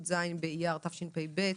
י"ז באייר התשפ"ב.